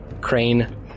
Crane